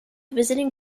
visiting